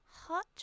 Hot